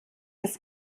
das